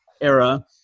era